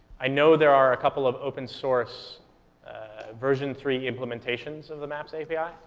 i know there are a couple of open-source version three implementations of the maps api. ah